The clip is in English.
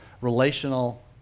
relational